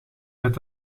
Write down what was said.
uit